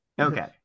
Okay